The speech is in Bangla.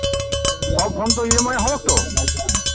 সব ফোন তো ই এম আই হবে তো